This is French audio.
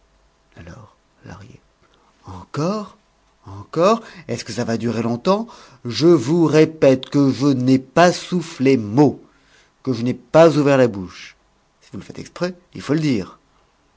alors lahrier encore encore est-ce que ça va durer longtemps je vous répète que je n'ai pas soufflé mot que je n'ai pas ouvert la bouche si vous le faites exprès il faut le dire